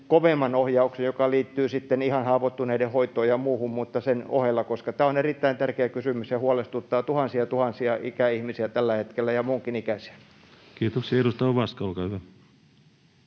kovemman ohjauksen ohella, joka liittyy sitten ihan haavoittuneiden hoitoon ja muuhun, koska tämä on erittäin tärkeä kysymys ja huolestuttaa tuhansia, tuhansia ikäihmisiä tällä hetkellä, ja muunkin ikäisiä. [Speech 16] Speaker: